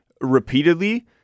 repeatedly